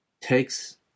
takes